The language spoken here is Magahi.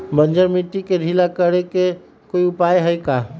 बंजर मिट्टी के ढीला करेके कोई उपाय है का?